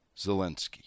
Zelensky